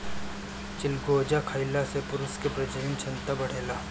चिलगोजा खइला से पुरुष के प्रजनन क्षमता बढ़ेला